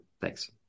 Thanks